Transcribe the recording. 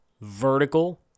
vertical